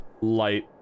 Light